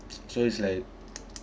so it's like